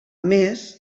més